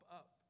up